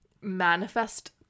manifest